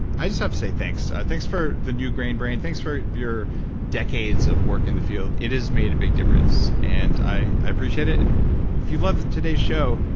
i just have to say thanks. thanks for the new grain brain, thanks for your decades of work in the field. it has made a big difference, and i appreciate it and if you loved today's show,